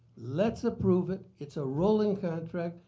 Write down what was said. let's approve it. it's a rolling contract.